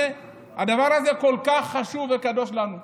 הדבר הזה כל כך חשוב וקדוש לנו.